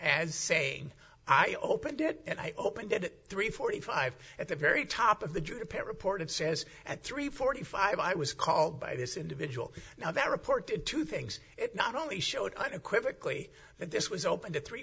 as saying i opened it and i opened it three forty five at the very top of the jury pair of port of says at three forty five i was called by this individual now that reported two things not only showed unequivocally that this was opened at three